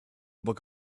book